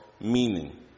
meaning